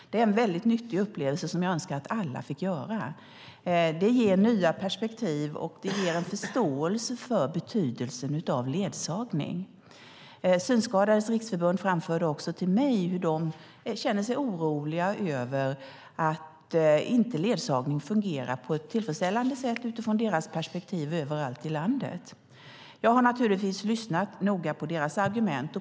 Det är en väldigt nyttig upplevelse som jag önskar att alla skulle få. Det ger nya perspektiv och förståelse för betydelsen av ledsagning. Synskadades Riksförbund framförde också till mig hur de känner sig oroliga över att ledsagningen inte fungerar på ett utifrån deras perspektiv tillfredsställande sätt överallt i landet. Jag har naturligtvis lyssnat noga på deras argument.